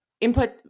input